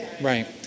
right